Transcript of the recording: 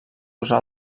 usar